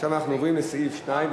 עכשיו אנחנו עוברים לסעיף 2,